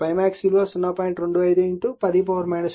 25 10 3 weber అవుతుంది ఇది ∅max విలువ 0